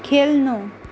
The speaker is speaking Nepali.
खेल्नु